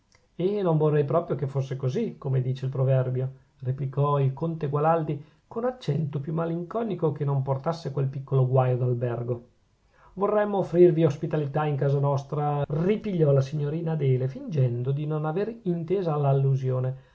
eh non vorrei proprio che fosse così come dice il proverbio replicò il conte gualandi con accento più malinconico che non portasse quel piccolo guaio d'albergo vorremmo offrirvi ospitalità in casa nostra ripigliò la signorina adele fingendo di non aver intesa l'allusione